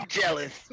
jealous